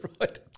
right